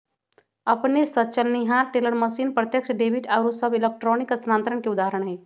अपने स चलनिहार टेलर मशीन, प्रत्यक्ष डेबिट आउरो सभ इलेक्ट्रॉनिक स्थानान्तरण के उदाहरण हइ